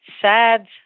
sad